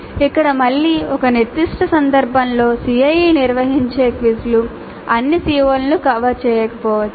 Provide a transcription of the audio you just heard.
ఇక్కడ మళ్ళీ ఒక నిర్దిష్ట సందర్భంలో CIE నిర్వహించే క్విజ్లు అన్ని CO లను కవర్ చేయకపోవచ్చు